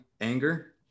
anger